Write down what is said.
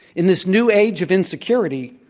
in this new age of insecurity,